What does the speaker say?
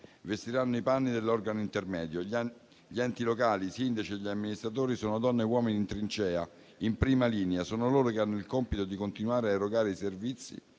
vestiranno i panni dell'organo intermedio. Gli enti locali, i sindaci e gli amministratori sono donne e uomini in trincea, in prima linea: sono loro che hanno il compito di continuare a erogare i servizi,